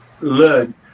learn